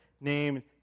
named